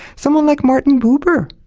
someone like martin buber,